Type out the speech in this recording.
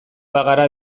bagara